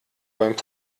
beim